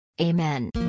Amen